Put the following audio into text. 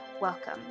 welcome